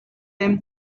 them